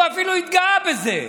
הוא אפילו התגאה בזה.